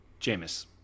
Jameis